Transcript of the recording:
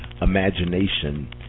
Imagination